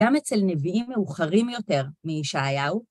גם אצל נביאים מאוחרים יותר מישעיהו.